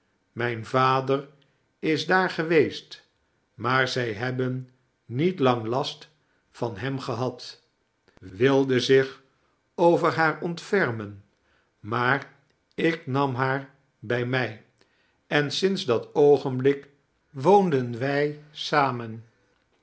naijn rader is daar geweest maar zij hebben niet lang last van hem gehad wilde zich over haar ontfermen maar ik nam haar bij mij en sinds dat oogenblik woonden wij samen